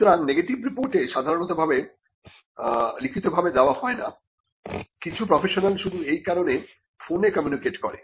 সুতরাং নেগেটিভ রিপোর্টে সাধারণত লিখিতভাবে দেওয়া হয় না কিছু প্রফেশনাল শুধু এই কারণে ফোনে কমিউনিকেট করে